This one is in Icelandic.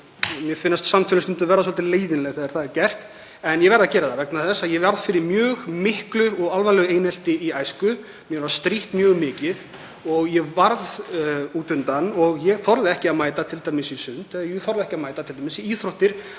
mér finnast samtölin stundum verða svolítið leiðinleg þegar það er gert. En ég verð að gera það vegna þess að ég varð fyrir mjög miklu og alvarlegu einelti í æsku, mér var strítt mjög mikið og ég varð út undan. Ég þorði t.d.ekki að mæta í sund. Ég þorði t.d. ekki að mæta í íþróttir